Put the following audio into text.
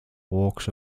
walks